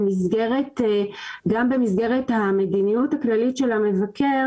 גם במסגרת המדיניות הכללית של המבקר